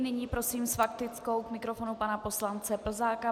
Nyní prosím s faktickou k mikrofonu pana poslance Plzáka.